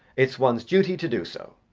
it's one's duty to do so.